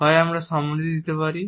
হয় আমরা সম্মতি দিতে পারি